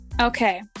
Okay